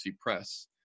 press